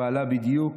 פעלה בדיוק